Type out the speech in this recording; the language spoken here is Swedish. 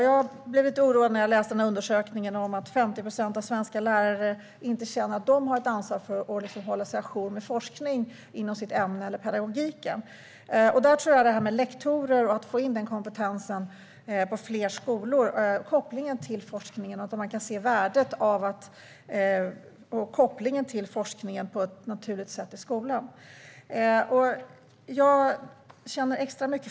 Jag blev lite oroad när jag läste en undersökning där det står att 50 procent av svenska lärare inte känner att de har ett ansvar för att hålla sig ajour med forskning inom sitt ämne eller inom pedagogiken. Jag tror på det här med lektorer, på att få in den kompetensen på fler skolor, på att man på ett naturligt sätt kan se värdet av kopplingen till forskningen i skolan. Läraren från Kungsholmens gymnasium var fantastisk.